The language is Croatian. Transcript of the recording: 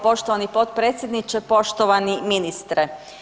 Poštovani potpredsjedniče, poštovani ministre.